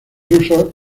usos